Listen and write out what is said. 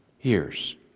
years